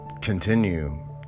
continue